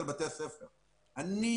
בחלקם אפילו מעל 100% ממש בקרוב.